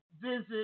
visit